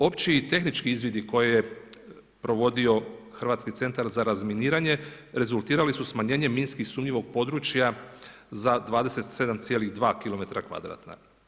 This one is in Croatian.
Opći i tehnički izvidi koje je provodio Hrvatski centar za razminiranje rezultirala su smanjenjem minski sumnjivog područja za 27,2 kilometra kvadratna.